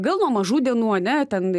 gal nuo mažų dienų ane ten